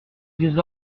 vieux